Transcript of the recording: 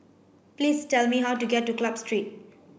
please tell me how to get to Club Street